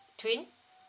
twin